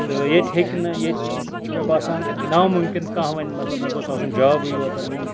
تہٕ ییٚتہِ ہیٚکہِ نہٕ ییٚتہِ چھُ مےٚ باسان نامُمکِن مطلب کانہہ وَنہِ مےٚ گوژھ آسُن جوبٕے یوت وۄنۍ